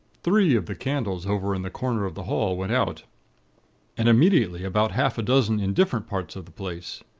three of the candles over in the corner of the hall went out and immediately about half a dozen in different parts of the place.